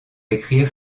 écrire